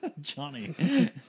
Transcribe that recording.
johnny